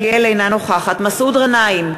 אינה נוכחת מסעוד גנאים,